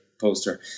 poster